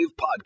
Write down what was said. Podcast